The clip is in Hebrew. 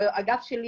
האגף שלי,